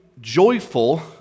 joyful